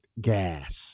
gas